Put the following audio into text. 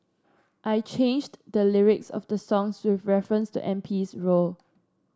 I changed the lyrics of the songs with reference to M P's role